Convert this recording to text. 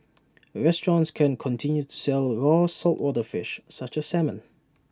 restaurants can continue to sell raw saltwater fish such as salmon